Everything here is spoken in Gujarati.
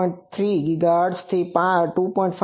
3 GHz થી 2